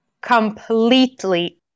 completely